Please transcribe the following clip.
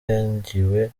yangiwe